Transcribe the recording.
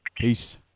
Peace